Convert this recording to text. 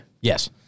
Yes